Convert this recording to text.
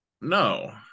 no